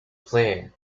player